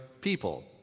people